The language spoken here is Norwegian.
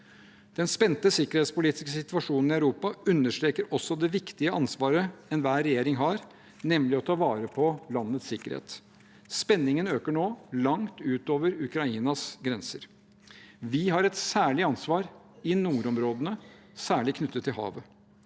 Den spente sikkerhetspolitiske situasjonen i Europa understreker også det viktige ansvaret enhver regjering har, nemlig å ta vare på landets sikkerhet. Spenningen øker nå langt utover Ukrainas grenser. Vi har et særlig ansvar i nordområdene, særlig knyttet til havet.